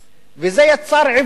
וזה יצר עיוותים.